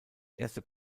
erste